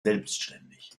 selbständig